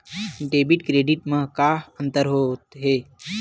Debit credit मा का अंतर होत हे?